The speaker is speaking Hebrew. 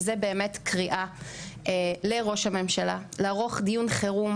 וזה באמת קריאה לראש הממשלה לערוך דיון חירום